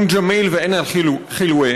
אום ג'מיל ועין אל-חילווה,